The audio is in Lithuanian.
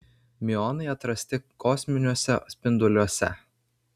miuonai atrasti kosminiuose spinduoliuose